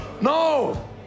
No